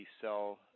sell